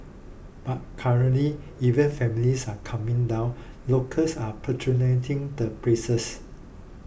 but currently even families are coming down locals are patronising the places